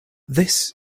this